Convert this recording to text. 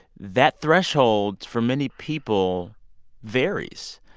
that threshold for many people varies.